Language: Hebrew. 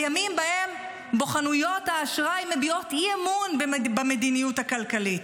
בימים שבהם חנויות האשראי מביעות אי-אמון במדיניות הכלכלית,